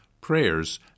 prayers